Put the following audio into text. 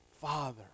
Father